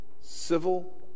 civil